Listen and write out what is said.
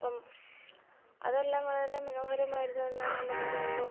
ഇപ്പം അതെല്ലാം വളരെ മനോഹരമായിരുന്നു എന്നെ ഞാൻ പറയാതെയുള്ളു